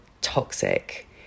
toxic